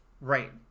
Right